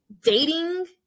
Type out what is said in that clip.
dating